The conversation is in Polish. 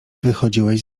wychodziłeś